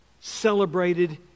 celebrated